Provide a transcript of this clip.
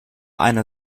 einer